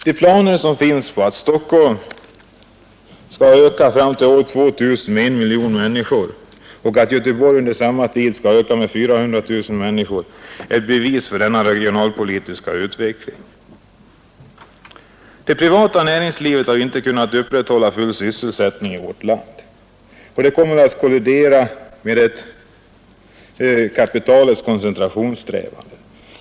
De planer som finns i dag på att Stockholm fram till år 2000 skall öka med 1 miljon människor och att Göteborg under samma tid skall öka med 400 000 människor är bevis för denna regionalpolitiska utvecklingslinje. Det privata näringslivet har inte kunnat upprätthålla full sysselsättning i vårt land, något som skulle komma att kollidera med kapitalets koncentrationssträvanden.